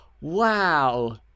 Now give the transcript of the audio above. wow